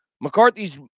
McCarthy's